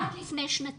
עד לפני שנתיים.